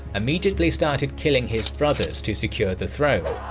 immediately started killing his brothers to secure the throne,